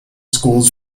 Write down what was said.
schools